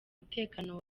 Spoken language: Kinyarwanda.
mutekano